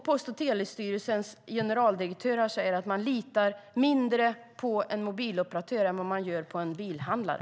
Post och telestyrelsens generaldirektör säger att man litar mindre på en mobiloperatör än vad man gör på en bilhandlare.